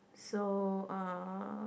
so uh